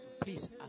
please